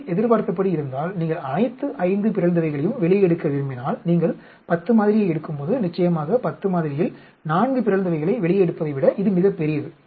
இது எதிர்பார்த்தபடி இருந்தால் நீங்கள் அனைத்து 5 பிறழ்ந்தவைகளையும் வெளியே எடுக்க விரும்பினால் நீங்கள் 10 மாதிரியை எடுக்கும்போது நிச்சயமாக 10 மாதிரியில் 4 பிறழ்ந்தவைகளை வெளியே எடுப்பதை விட இது மிகப் பெரியது